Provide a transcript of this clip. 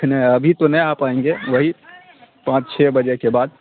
نہیں ابھی تو نہیں آ پائیں گے وہی پانچ چھ بجے کے بعد